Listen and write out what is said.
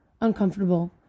uncomfortable